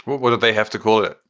what do they have to call it?